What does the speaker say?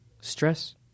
Stress